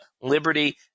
Liberty